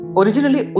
originally